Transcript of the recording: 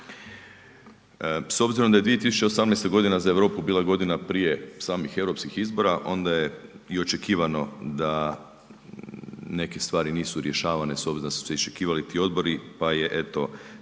S obzirom da je 2018. godina za Europu bila godina prije samih europskih izbora onda je i očekivano da neke stvari nisu rješavanje s obzirom da su se iščekivali ti odbori, pa je eto